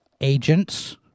Agents